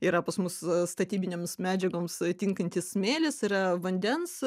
yra pas mus statybinėms medžiagoms tinkanti smėlis yra vandens